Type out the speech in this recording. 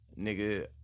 nigga